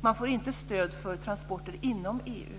Man får inte stöd för transporter inom EU.